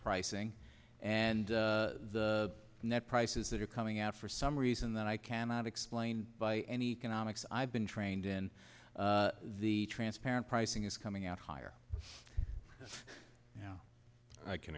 pricing and the net prices that are coming out for some reason that i cannot explain by any can omics i've been trained in the transparent pricing is coming out higher now i can